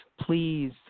please